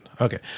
Okay